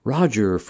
Roger